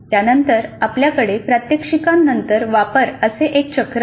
त्यानंतर आपल्याकडे प्रात्यक्षिकानंतर वापर असे एक चक्र आहे